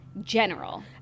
General